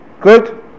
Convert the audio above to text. good